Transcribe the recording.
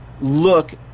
look